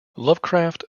lovecraft